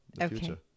Okay